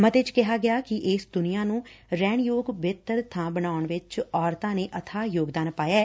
ਮਤੇ ਚ ਕਿਹਾ ਗਿਆ ਕਿ ਇਸ ਦੁਨੀਆ ਨੂੰ ਰਹਿਣਯੋਗ ਬਿਹਤਰ ਬਾਂ ਬਣਾਉਣ ਵਿੱਚ ਔਰਤਾ ਨੇ ਅਬਾਹ ਯੋਗਦਾਨ ਪਾਇਆ